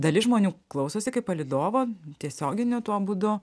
dalis žmonių klausosi kaip palydovo tiesioginiu tuo būdu